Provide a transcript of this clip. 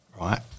right